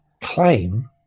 claim